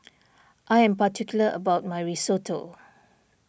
I am particular about my Risotto